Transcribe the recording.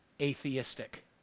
atheistic